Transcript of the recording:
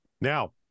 Now